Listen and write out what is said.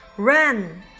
Run